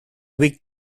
rick